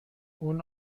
اون